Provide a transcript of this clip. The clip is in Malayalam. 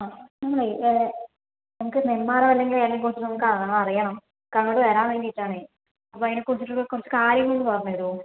ആ നമ്മളെ ഞങ്ങൾക്ക് നെന്മാറ വല്ലങ്ങി വേലയെക്കുറിച്ചു നമുക്ക് അറിയണം കാരണം നമുക്ക് വരാൻ വേണ്ടീട്ടാണേ അപ്പോൾ അതിനെക്കുറിച്ചിട്ടുള്ള കുറച്ചു കാര്യങ്ങൾ ഒന്ന് പറഞ്ഞു തരുമോ